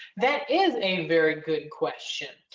that is a very good question.